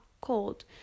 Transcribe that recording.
cold